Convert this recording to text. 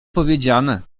powiedziane